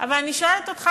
אבל אני שואלת אותך,